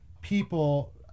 people